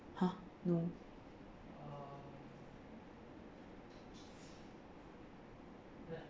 !huh! no